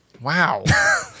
Wow